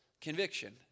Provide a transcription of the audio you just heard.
conviction